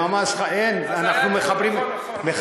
שממש, אין, אנחנו מחברים, אז זה היה אתמול.